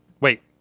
Wait